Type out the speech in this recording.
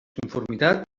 conformitat